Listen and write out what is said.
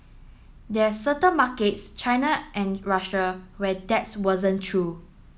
there's certain markets China and Russia where that's wasn't true